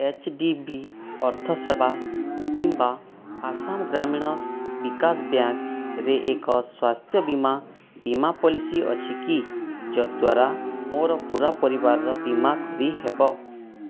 H D B ଅର୍ଥ ସେବା କିମ୍ବା ଆସାମ ଗ୍ରାମୀଣ ବିକାଶ ବ୍ୟାଙ୍କ୍ରେ ଏକ ସ୍ଵାସ୍ଥ୍ୟ ବୀମା ବୀମା ପଲିସି ଅଛି କି ଯଦ୍ଵାରା ମୋର ପୂରା ପରିବାରର ବୀମା କରିହେବ